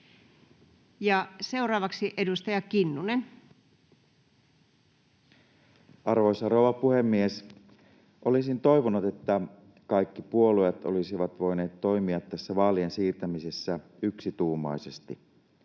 Time: 23:19 Content: Arvoisa rouva puhemies! Olisin toivonut, että kaikki puolueet olisivat voineet toimia tässä vaalien siirtämisessä yksituumaisesti.